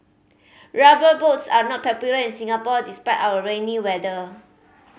Rubber Boots are not popular in Singapore despite our rainy weather